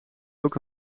ook